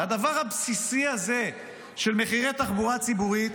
לדבר הבסיסי הזה של מחירי התחבורה הציבורית,